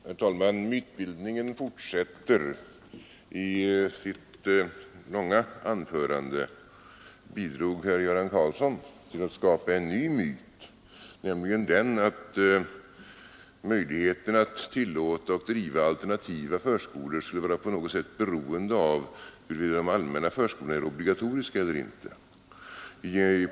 Herr talman! Mytbildningen fortsätter. I sitt långa anförande bidrog herr Karlsson i Huskvarna till att skapa en ny myt, nämligen den att tillåtelsen att driva alternativ förskola på något sätt skulle vara beroende av huruvida de allmänna förskolorna är obligatoriska eller inte.